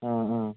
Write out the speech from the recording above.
ആ ആ